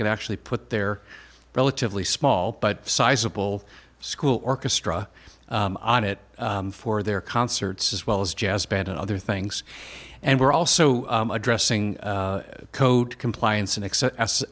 can actually put their relatively small but sizable school orchestra on it for their concerts as well as jazz band and other things and we're also addressing code compliance and